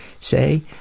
say